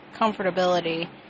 comfortability